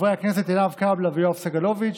חברי הכנסת עינב קאבלה ויואב סגלוביץ',